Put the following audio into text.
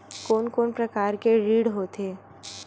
कोन कोन प्रकार के ऋण होथे?